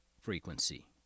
frequency